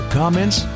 comments